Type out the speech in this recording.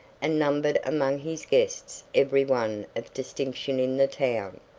and numbered among his guests every one of distinction in the town.